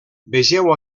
vegeu